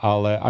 Ale